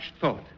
thought